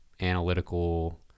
analytical